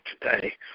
today